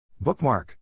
Bookmark